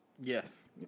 Yes